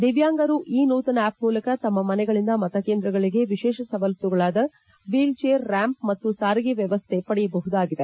ದಿವ್ಚಾಂಗರು ಈ ನೂತನ ಆ್ವಪ್ ಮೂಲಕ ತಮ್ನ ಮನೆಗಳಿಂದ ಮತಕೇಂದ್ರಗಳಿಗೆ ವಿಶೇಷ ಸವಲತ್ತುಗಳಾದ ವ್ವೀಲ್ ಚೇರ್ ರ್ಕಾಂಪ್ ಮತ್ತು ಸಾರಿಗೆ ವ್ವವಸ್ಥೆ ಪಡೆಯಬಹುದಾಗಿದೆ